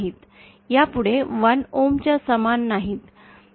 यापुढे 1Ohms च्या समान नाहीत